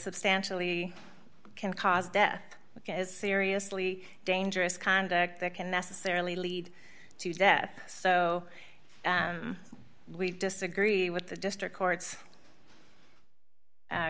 substantially can cause death because seriously dangerous conduct that can necessarily lead to death so we disagree with the district court's